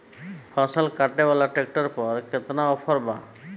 फसल काटे वाला ट्रैक्टर पर केतना ऑफर बा?